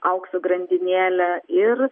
aukso grandinėle ir